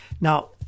Now